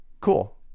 cool